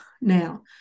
now